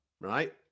right